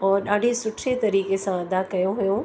और ॾाढे सुठे तरीक़े सां अदा कयो हुओ